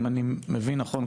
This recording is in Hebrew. אם אני מבין נכון,